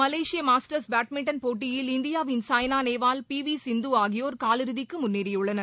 Malaysia Masters badminton போட்டியில் இந்தியாவின் சாய்னாநேவால் பிவிசிந்துஆகியோா் காலிறுதிக்குமுன்னேறியுள்ளனர்